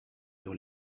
sur